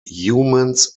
humans